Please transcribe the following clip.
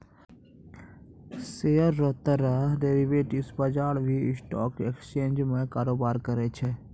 share रो तरह derivatives बजार भी स्टॉक एक्सचेंज में कारोबार करै छै